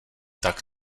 tak